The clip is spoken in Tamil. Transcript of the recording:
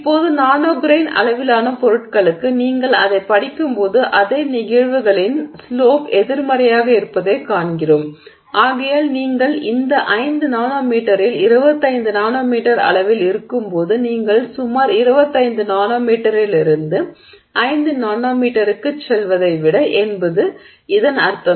இப்போது நானோ கிரெய்ன் அளவிலான பொருட்களுக்கு நீங்கள் அதைப் படிக்கும்போது அதே நிகழ்வுகள்ளின் ஸ்லோப் எதிர்மறையாக இருப்பதைக் காண்கிறோம் ஆகையால் நீங்கள் இந்த 5 நானோ மீட்டரில் 25 நானோமீட்டர் அளவில் இருக்கும்போது நீங்கள் சுமார் 25 நானோமீட்டரிலிருந்து 5 நானோமீட்டருக்குச் செல்லுவததை விட என்பது இதன் அர்த்தம்